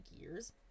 years